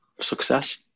success